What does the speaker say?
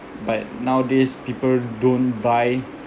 but nowadays people don't buy